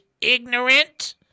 ignorant